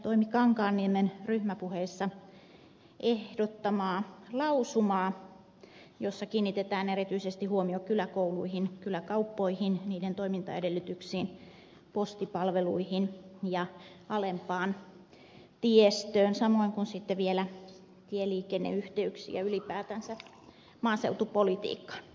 toimi kankaanniemen ryhmäpuheessa ehdottamaa lausumaa jossa kiinnitetään erityisesti huomio kyläkouluihin kyläkauppoihin niiden toimintaedellytyksiin postipalveluihin ja alempaan tiestöön samoin kuin sitten vielä tieliikenneyhteyksiin ja ylipäätänsä maaseutupolitiikkaan